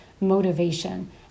motivation